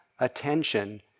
attention